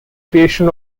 creation